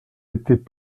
étaient